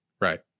right